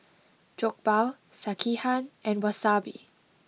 Jokbal Sekihan and Wasabi